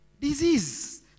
disease